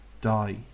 die